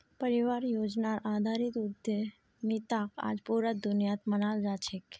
परियोजनार आधारित उद्यमिताक आज पूरा दुनियात मानाल जा छेक